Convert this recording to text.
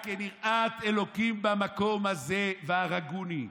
רק אין יראת אלוקים במקום הזה והרגוני.